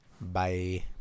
Bye